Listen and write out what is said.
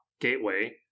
gateway